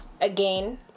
Again